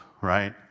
right